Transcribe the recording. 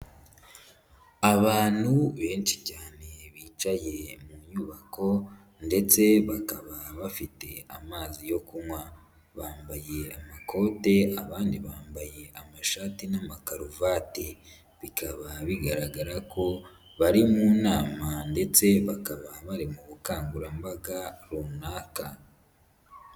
Abantu benshi cyane bicaye mu nyubako ndetse bakaba bafite amazi yo kunywa, bambaye amakote abandi bambaye amashati n'amakaruvati, bikaba bigaragara ko bari mu nama ndetse bakaba bari mu bukangurambaga runaka.